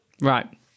right